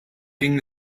ging